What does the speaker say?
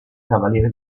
cavaliere